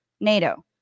NATO